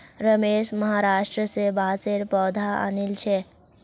रमेश महाराष्ट्र स बांसेर पौधा आनिल छ